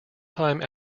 time